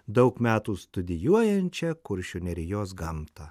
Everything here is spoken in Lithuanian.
daug metų studijuojančia kuršių nerijos gamtą